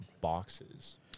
boxes